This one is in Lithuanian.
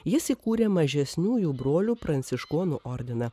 jis įkūrė mažesniųjų brolių pranciškonų ordiną